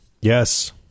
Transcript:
Yes